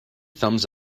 thumbs